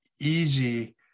easy